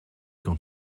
quand